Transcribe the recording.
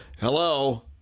Hello